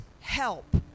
help